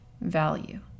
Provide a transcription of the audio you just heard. value